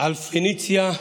על פניציה,